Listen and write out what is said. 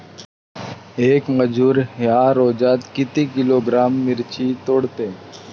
येक मजूर या रोजात किती किलोग्रॅम मिरची तोडते?